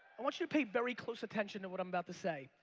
i want you to pay very close attention to what i'm about to say.